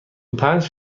پنج